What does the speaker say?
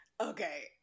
okay